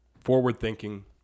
forward-thinking